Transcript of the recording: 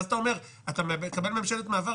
אתה אומר: אתה מכהן בממשלת מעבר,